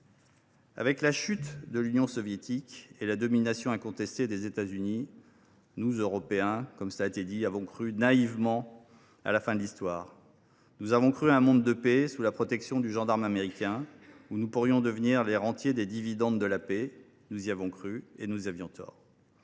Avec la chute de l’Union soviétique et la domination incontestée des États Unis, nous, Européens, avons cru naïvement à la fin de l’Histoire. Nous avons cru en un monde de paix sous la protection du gendarme américain, où nous pourrions devenir les rentiers des dividendes de la paix. Nous y avons cru et nous avions tort.